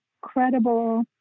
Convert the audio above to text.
credible